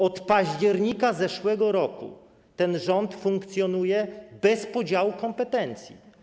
Od października zeszłego roku ten rząd funkcjonuje bez podziału kompetencji.